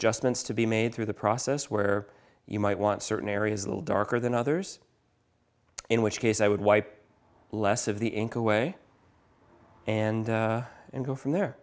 adjustments to be made through the process where you might want certain areas a little darker than others in which case i would wipe less of the ink away and then go from there